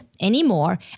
anymore